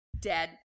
Dead